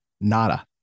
Nada